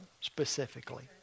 specifically